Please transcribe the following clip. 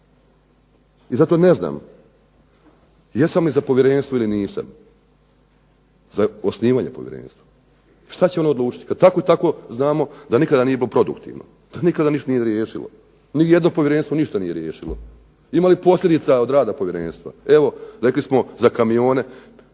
I zato ne znam, jesam li za povjerenstvo ili nisam, za osnivanje povjerenstva, što će ono odlučiti kada tako i tako znamo da nikada nije bilo produktivno da nikada ništa nije riješilo, ni jedno povjerenstvo ništa nije riješilo, ima li posljedica od rada povjerenstva, evo rekli smo za kamione